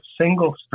single